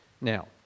Now